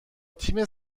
تیم